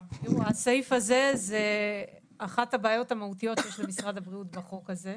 הסעיף הזה זה אחת הבעיות המהותיות שיש למשרד הבריאות בחוק הזה.